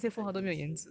ah 有钱